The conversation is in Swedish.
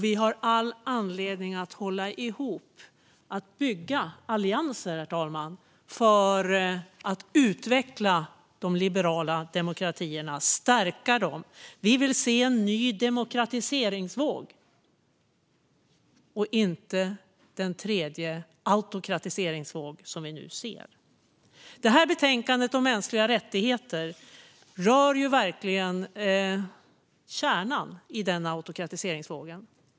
Vi har all anledning att hålla ihop, herr talman, och bygga allianser för att utveckla och stärka de liberala demokratierna. Vi vill se en ny demokratiseringsvåg, inte den tredje autokratiseringsvåg som vi nu ser. Det här betänkandet om mänskliga rättigheter rör verkligen kärnan i den autokratiseringsvågen.